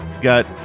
got